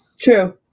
true